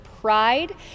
pride